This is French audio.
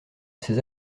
ces